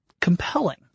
compelling